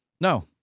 No